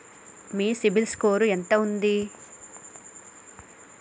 మీ CIBIL score ఎంత ఉంది?